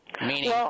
meaning